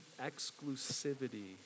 exclusivity